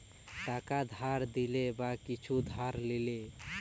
টাকা ধার দিলে বা কিছু ধার লিলে